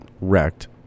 wrecked